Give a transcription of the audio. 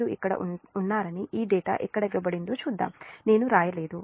మీరు ఇక్కడ ఉన్నారని ఈ డేటా ఎక్కడ ఇవ్వబడిందో చూద్దాం నేను వ్రాయలేదు